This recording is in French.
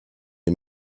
est